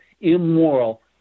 immoral